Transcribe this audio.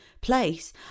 place